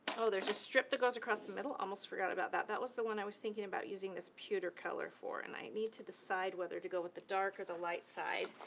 oh! there's a strip that goes across the middle almost forgot about that. that was the one i was thinking about using this pewter color for. and i need to decide whether to go with the dark or the light side.